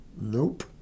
Nope